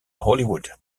hollywood